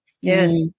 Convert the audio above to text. yes